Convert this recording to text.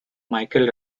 michael